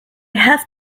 have